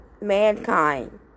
mankind